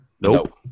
Nope